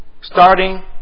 starting